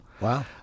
Wow